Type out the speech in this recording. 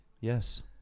yes